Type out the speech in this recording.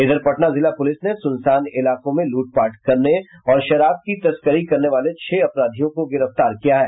इधर पटना जिला पुलिस ने सुनसान इलाकों में लूटपाट करने और शराब की तस्करी करने वाले छह अपराधियों को गिरफ्तार किया है